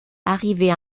arrivés